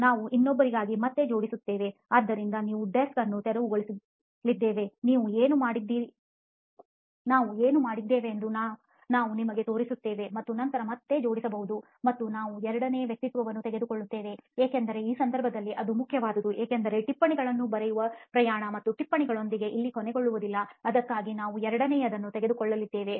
ನಾವು ಇನ್ನೊಬ್ಬರಿಗಾಗಿ ಮತ್ತೆ ಜೋಡಿಸುತ್ತೇವೆಆದ್ದರಿಂದ ನಾವು ಡೆಸ್ಕ್ ಅನ್ನು ತೆರವುಗೊಳಿಸಲಿದ್ದೇವೆ ನಾವು ಏನು ಮಾಡಿದ್ದೇವೆಂದು ನಾವು ನಿಮಗೆ ತೋರಿಸುತ್ತೇವೆ ಮತ್ತು ನಂತರ ಮತ್ತೆ ಜೋಡಿಸಬಹುದು ಮತ್ತು ನಾವು ಎರಡನೇ ವ್ಯಕ್ತಿತ್ವವನ್ನು ತೆಗೆದುಕೊಳ್ಳುತ್ತೇವೆ ಏಕೆಂದರೆ ಈ ಸಂದರ್ಭದಲ್ಲಿ ಅದು ಮುಖ್ಯವಾದುದು ಏಕೆಂದರೆ ಟಿಪ್ಪಣಿಗಳನ್ನು ಬರೆಯುವ ಪ್ರಯಾಣ ಮತ್ತು ಟಿಪ್ಪಣಿಗಳೊಂದಿಗೆ ಇಲ್ಲಿ ಕೊನೆಗೊಳ್ಳುವುದಿಲ್ಲ ಅದಕ್ಕಾಗಿಯೇ ನಾವು ಎರಡನೆಯದನ್ನು ತೆಗೆದುಕೊಳ್ಳಲ್ಲಿದ್ದೇವೆ